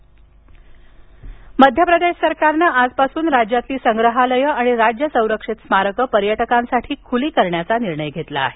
मध्य प्रदेश संग्रहालय मध्य प्रदेश सरकारनं आजपासून राज्यातील संग्रहालय आणि राज्य संरक्षित स्मारकं पर्यटकांसाठी खुली करण्याचा निर्णय घेतला आहे